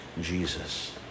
Jesus